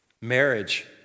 Marriage